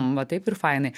va taip ir fainai